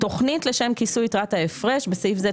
תוכנית לשם כיסוי יתרת ההפרש (בסעיף זה,